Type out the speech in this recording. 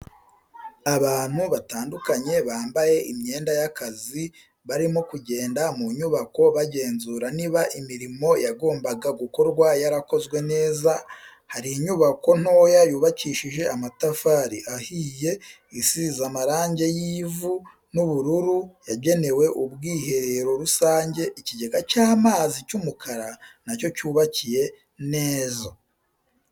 Abantu batandukanye bambaye imyenda y'akazi barimo kugenda mu nyubako bagenzura niba imirimo yagombaga gukorwa yarakozwe neza, hari inyubako ntoya yubakishije amatafari ahiye isize amarangi y'ivu n'ubururu yagenewe ubwiherero rusange ikigega cy'amazi cy'umukara na cyo cyubakiye neza.